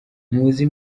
muzi